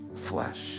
flesh